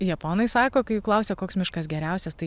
japonai sako kai jų klausia koks miškas geriausias tai